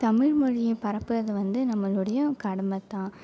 தமிழ் மொழியை பரப்புவது வந்து நம்மளுடைய கடமைதான்